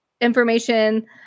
information